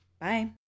Bye